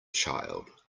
child